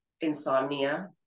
insomnia